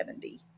70